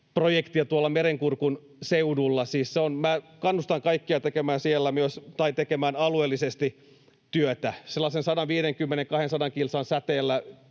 tuolla Merenkurkun seudulla. Minä kannustan kaikkia tekemään alueellisesti työtä. Sellaisen 150—200 kilsan säteellä